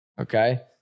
Okay